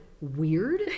weird